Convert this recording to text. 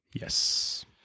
Yes